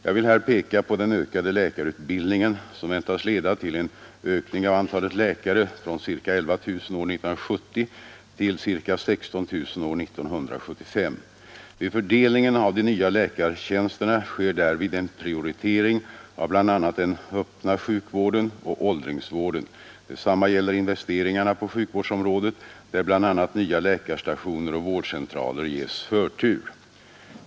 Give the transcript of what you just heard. Jag vill här peka på den ökade läkarutbildningen, som väntas leda till en ökning av antalet läkare från ca 11 000 år 1970 till ca 16 000 år 1975. Vid fördelningen av de nya läkartjänsterna sker därvid en prioritering av bl.a. den öppna sjukvården och åldringsvården. Detsamma gäller investeringarna på sjukvårdsområdet, där bl.a. nya läkarstationer och vårdcentraler ges förtur.